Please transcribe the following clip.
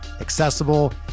accessible